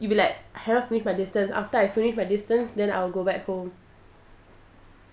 you will be like I haven't finished my distance after I finish my distance then I will go back home